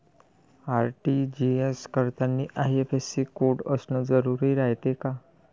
RTGS करतांनी IFSC code असन जरुरी रायते का?